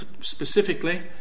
specifically